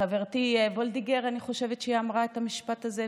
אני חושבת שחברתי וולדיגר אמרה את המשפט הזה,